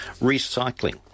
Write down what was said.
recycling